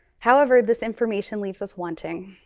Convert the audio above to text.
however, this information leaves us wanting.